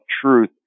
truth